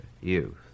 youth